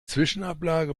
zwischenablage